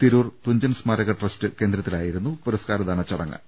തിരൂർ തുഞ്ചൻസ്മാരക ട്രസ്റ്റ് കേന്ദ്രത്തിലായിരുന്നു പുരസ്കാരദാനചടങ്ങ്